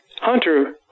Hunter